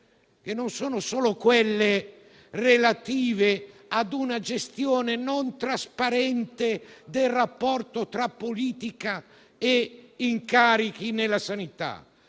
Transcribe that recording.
e non sono solo quelle relative ad una gestione non trasparente del rapporto tra politica e incarichi nella sanità,